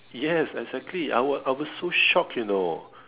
yes exactly I was I was so shocked you know